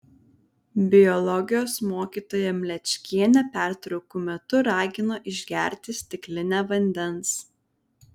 biologijos mokytoja mlečkienė pertraukų metu ragino išgerti stiklinę vandens